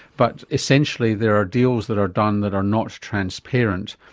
but essentially there are deals that are done that are not transparent.